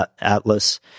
Atlas